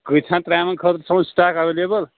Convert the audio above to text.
کٍتہن ترٛامیٚن خأطر چھُ تھاوُن سِٹاک ایویلیبٕل